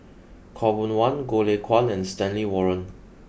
Khaw Boon Wan Goh Lay Kuan and Stanley Warren